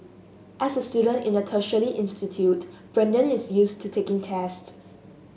as a student in a tertiary institute Brandon is used to taking tests